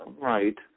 right